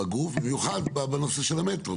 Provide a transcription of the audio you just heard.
במיוחד בנושא של המטרו.